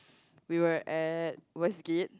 we were at Westgate